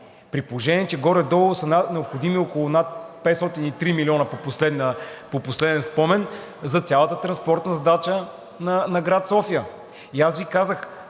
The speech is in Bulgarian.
При положение че горе-долу са необходими около над 503 милиона по последен спомен за цялата транспортна задача на град София. И аз Ви казах,